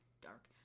dark